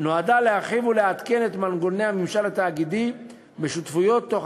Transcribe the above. נועדה להרחיב ולעדכן את מנגנוני הממשל התאגידי בשותפויות תוך